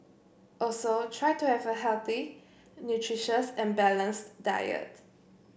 also try to have a healthy nutritious and balanced diet